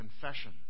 confession